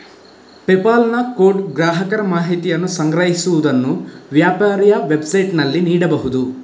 PayPal ನ code ಗ್ರಾಹಕರ ಮಾಹಿತಿಯನ್ನು ಸಂಗ್ರಹಿಸುವುದನ್ನು ವ್ಯಾಪಾರಿಯ ವೆಬ್ಸೈಟಿನಲ್ಲಿ ನೀಡಬಹುದು